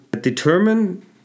determine